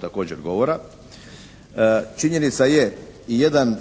također govora. Činjenica je i jedan